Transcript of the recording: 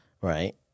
Right